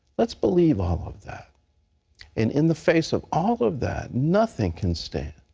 let's believe all of that. and in the face of all of that, nothing can stand.